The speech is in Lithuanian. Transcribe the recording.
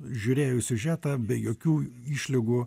žiūrėjo į siužetą be jokių išlygų